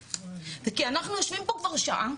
זה כי אנחנו יושבים פה כבר שעה,